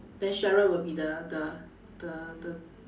then sheryl will be the the the the